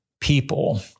people